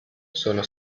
sono